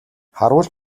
харуул